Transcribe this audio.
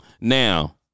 Now